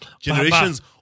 Generations